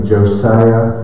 Josiah